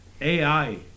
AI